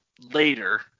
later